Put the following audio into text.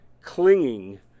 clinging